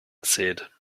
said